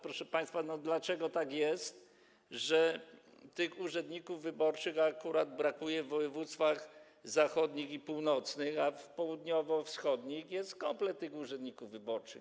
Proszę państwa, dlaczego tak jest, że tych urzędników wyborczych akurat brakuje w województwach zachodnich i północnych, a w południowo-wschodnich jest komplet urzędników wyborczych?